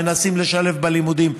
מנסים לשלב בלימודים,